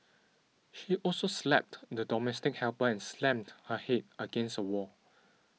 she also slapped the domestic helper and slammed her head against a wall